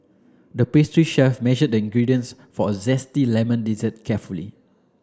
the pastry chef measured the ingredients for a zesty lemon dessert carefully